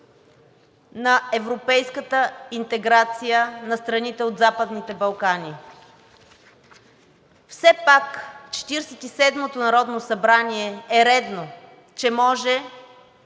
на европейската интеграция на страните от Западните Балкани. Все пак Четиридесет и седмото народно събрание е редно, че може